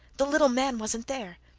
the little man wasn't there.